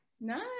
Nice